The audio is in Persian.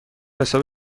حساب